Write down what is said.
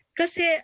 kasi